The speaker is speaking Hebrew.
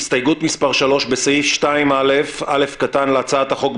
הסתייגות מס' 3. בסעיף 2א(א) להצעת החוק,